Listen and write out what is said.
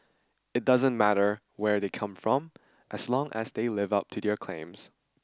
it doesn't matter where they come from as long as they live up to their claims